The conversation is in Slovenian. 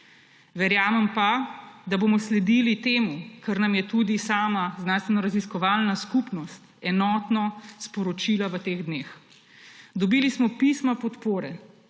Verjamem pa, da bomo sledili temu, kar nam je tudi sama znanstvenoraziskovalna skupnost enotno sporočila v teh dneh. Dobili smo pisma podpore